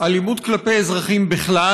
אלימות כלפי אזרחים בכלל